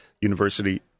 University